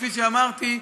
כפי שאמרתי,